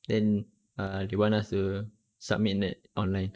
then err they want us to submit that online